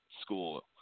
school